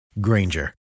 Granger